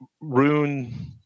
Rune –